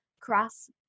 cross-